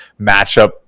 matchup